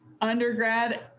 undergrad